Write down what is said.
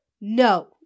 No